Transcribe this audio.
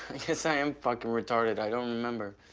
guess i am fucking retarded, i don't remember.